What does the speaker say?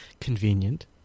Convenient